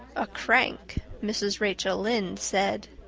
a crank, mrs. rachel lynde said.